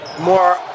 more